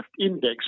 index